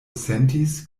sentis